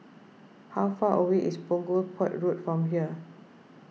how far away is Punggol Port Road from here